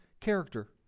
character